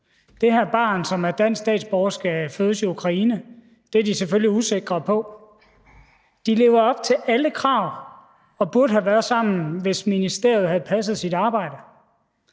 Det her barn, som er dansk statsborger, skal fødes i Ukraine. Det er de selvfølgelig usikre på. De lever op til alle krav og burde have været sammen, hvis ministeriet havde passet sit arbejde.